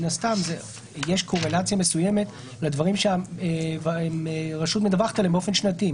מן הסתם יש קורלציה מסוימת לדברים שהרשות מדווחת עליהם באופן שנתי.